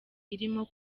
irimo